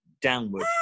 downward